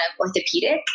orthopedic